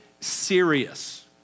serious